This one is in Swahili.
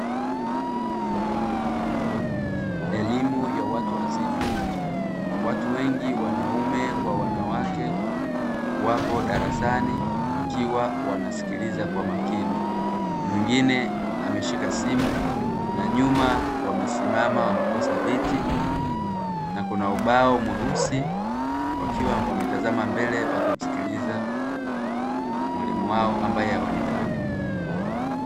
Elimu ya watu wazima. Watu wengi wanaume kwa wanawake wapo darasani wakiwa wanasikiliza kwa makini mwingine ameshika simu, na nyuma wamesimama wamekosa viti na kuna ubao mweusi, wakiwa wametazama mbele wakimsikiliza mwalimu wao ambaye haonekani.